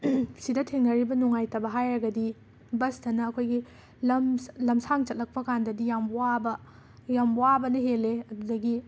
ꯁꯤꯗ ꯊꯦꯡꯅꯔꯤꯕ ꯅꯨꯡꯉꯥꯏꯇꯕ ꯍꯥꯏꯔꯒꯗꯤ ꯕꯁꯇꯅ ꯑꯩꯈꯣꯏꯒꯤ ꯂꯝ ꯂꯝꯁꯥꯡ ꯆꯠꯂꯛꯄꯀꯥꯟꯗꯗꯤ ꯌꯥꯝꯅ ꯋꯥꯕ ꯌꯥꯝꯅ ꯋꯥꯕꯅ ꯍꯦꯜꯂꯦ ꯑꯗꯨꯗꯒꯤ